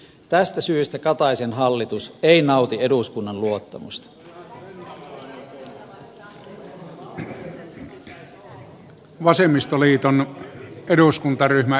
tästä syystä kataisen hallitus ei nauti eduskunnan luottamusta